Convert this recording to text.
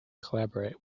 collaborate